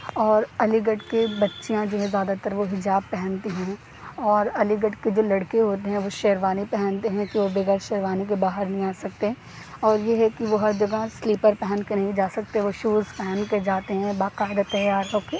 اور علی گڑھ کے بچیاں جو ہیں زیادہ تر وہ حجاب پہنتی ہیں اور علی گڑھ کے جو لڑکے ہوتے ہیں وہ شیروانی پہنتے ہیں کہ وہ بغیر شیروانی کے باہر نہیں آ سکتے اور یہ ہے کہ وہ ہر جگہ سلیپر پہن کے نہیں جا سکتے وہ شوز پہن کے جاتے ہیں با قاعدہ تیار ہو کے